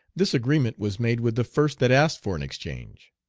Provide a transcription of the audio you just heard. this agreement was made with the first that asked for an exchange.